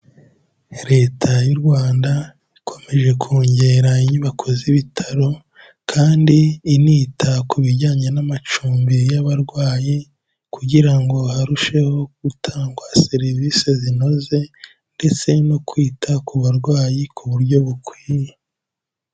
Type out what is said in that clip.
Leta y'u Rwanda ikomeje kongera inyubako z'ibitaro, kandi inita ku bijyanye n'amacumbi y'abarwayi kugira ngo harusheho gutangwa serivisi zinoze, ndetse no kwita ku barwayi ku buryo bukwiye.